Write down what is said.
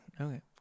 Okay